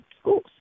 schools